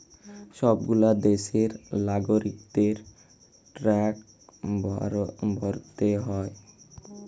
সব গুলা দ্যাশের লাগরিকদের ট্যাক্স ভরতে হ্যয়